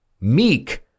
meek